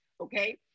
okay